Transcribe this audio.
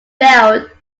failed